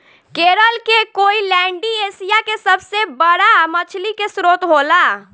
केरल के कोईलैण्डी एशिया के सबसे बड़ा मछली के स्त्रोत होला